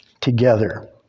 together